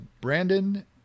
Brandon